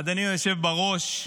אדוני היושב בראש,